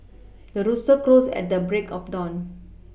the rooster crows at the break of dawn